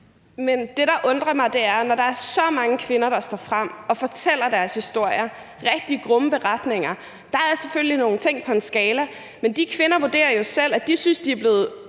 Men det, der undrer mig, er, når der er så mange kvinder, der står frem og fortæller deres historier, rigtig grumme beretninger. Der er selvfølgelig nogle ting på en skala, men de kvinder vurderer jo selv, at de synes, at de er blevet